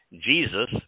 Jesus